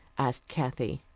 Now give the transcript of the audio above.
asked kathy.